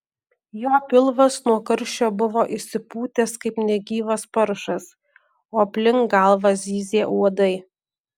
jo pilvas nuo karščio buvo išsipūtęs kaip negyvas paršas o aplink galvą zyzė uodai